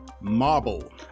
Marble